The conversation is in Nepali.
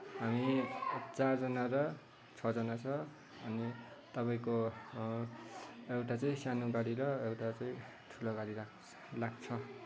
हामी चारजना र छजना छ अनि तपाईँको एउटा चाहिँ सानो गाडी र एउटा चाहिँ ठुलो गाडी लाग्छ लाग्छ